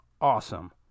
Awesome